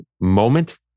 moment